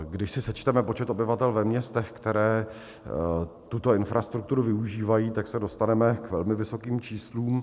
Když si sečteme počet obyvatel ve městech, která tuto infrastrukturu využívají, tak se dostaneme k velmi vysokým číslům.